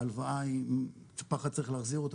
ההלוואה פעם אחת צריך להחזיר אותה